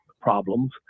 problems